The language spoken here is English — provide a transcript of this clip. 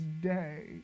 day